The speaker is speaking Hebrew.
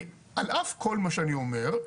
על אף כל מה שאני אומר,